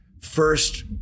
first